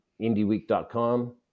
indieweek.com